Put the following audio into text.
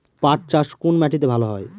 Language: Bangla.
পাট চাষ কোন মাটিতে ভালো হয়?